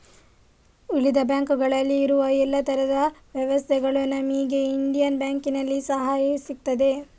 ಉಳಿದ ಬ್ಯಾಂಕುಗಳಲ್ಲಿ ಇರುವ ಎಲ್ಲಾ ತರದ ವ್ಯವಸ್ಥೆಗಳು ನಮಿಗೆ ಇಂಡಿಯನ್ ಬ್ಯಾಂಕಿನಲ್ಲಿ ಸಹಾ ಸಿಗ್ತದೆ